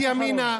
אתם, מפלגת ימינה,